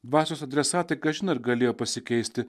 dvasios adresatai kažin ar galėjo pasikeisti